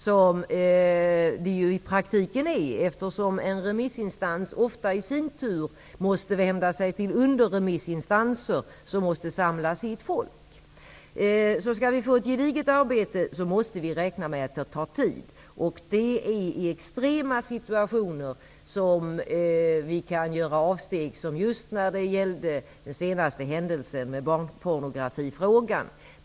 De är ju i praktiken korta, eftersom en remissinstans ofta i sin tur måste vända sig till underremissinstanser, som måste samla ihop sina medarbetare. Skall vi åstadkomma ett gediget arbete, måste vi räkna med att det tar tid. Det är i extrema situationer som vi kan göra sådana avsteg som i den aktuella barnpornografifrågan.